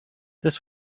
this